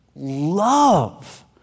love